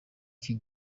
iki